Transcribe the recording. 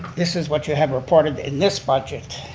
this is what you had reported in this budget